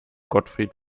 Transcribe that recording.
gottfried